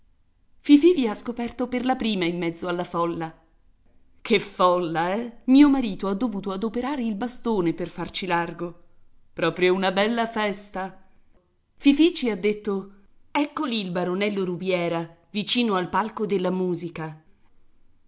vi ha scoperto per la prima in mezzo alla folla che folla eh mio marito ha dovuto adoperare il bastone per farci largo proprio una bella festa fifì ci ha detto ecco lì il baronello rubiera vicino al palco della musica